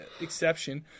exception